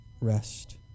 rest